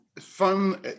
fun